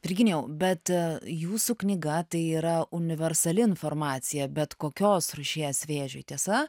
virginijau bet jūsų knyga tai yra universali informacija bet kokios rūšies vėžiui tiesa